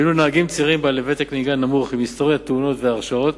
ואילו נהגים צעירים בעלי ותק נהיגה מועט עם היסטוריית תאונות והרשעות